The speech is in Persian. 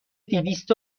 دویست